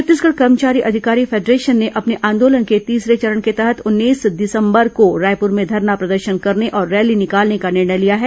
छत्तीसगढ़ कर्मचारी अधिकारी फेडरेशन ने अपने आंदोलन के तीसरे चरण के तहत उन्नीस दिसंबर को रायपुर में धरना प्रदर्शन करने और रैली निकालने का निर्णय लिया है